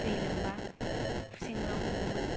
दै लोमबा खुसिंग्रा हमोमोन